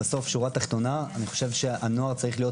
בשורה התחתונה אני חושב שהנוער צריך להיות